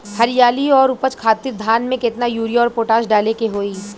हरियाली और उपज खातिर धान में केतना यूरिया और पोटाश डाले के होई?